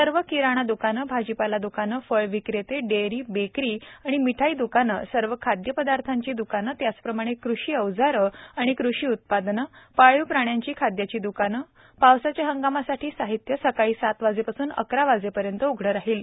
सर्व किराणा द्काने भाजीपाला द्काने फळ विक्रेते डेअरी बेकरी आणि मिठाई द्काने सर्व खाद्यपदार्थांचे द्कान त्याचप्रमाणे कृषी अवजारे व कृषी उत्पादने पाळीव प्राण्यांचे खाद्याची द्काने पावसाच्या हंगामासाठी साहित्य सकाळी सात वाजेपासून अकरा वाजेपर्यंत उघडे राहतील